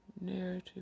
narrative